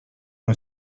non